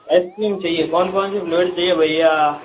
ice cream चाहिए कौन कौन से फ्लेवर चाहिए भैया